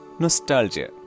Nostalgia